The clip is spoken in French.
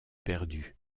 perdu